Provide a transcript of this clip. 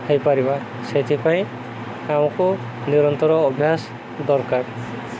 ହେଇପାରିବା ସେଥିପାଇଁ ଆମକୁ ନିରନ୍ତର ଅଭ୍ୟାସ ଦରକାର